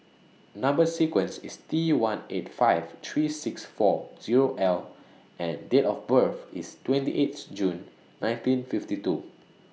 Number sequence IS T one eight five three six four Zero L and Date of birth IS twenty eight June nineteen fifty two